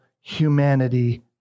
humanity